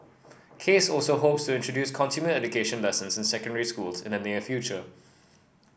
case also hopes to introduce consumer education lessons in secondary schools in the near future